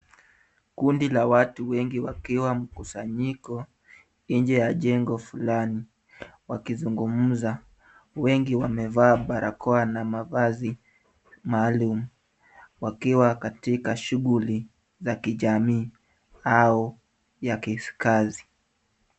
Kundi la watu wengi wakiwa mkusanyiko nje ya jengo fulani, wakizungumza. Wengi wamevaa barakoa na mavazi maalum. Wakiwa katika shughuli za kijamii au ya kikazi.